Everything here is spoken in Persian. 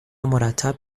مرتب